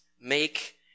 Make